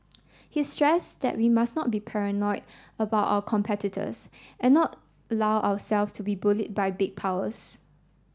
he stress that we must not be paranoid about our competitors and not allow ourselves to be bullied by big powers